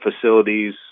facilities